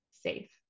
safe